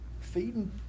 Feeding